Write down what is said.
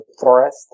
forest